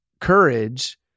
courage